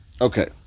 Okay